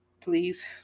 Please